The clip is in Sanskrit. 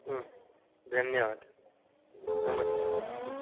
धन्यवादः नमस्ते